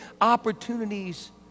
opportunities